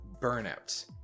burnout